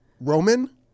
Roman